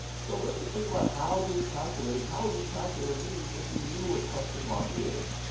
so let's just think about how do we calculate, how would we calculate a mean if we knew what question mark is?